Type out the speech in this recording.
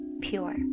pure